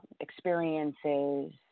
experiences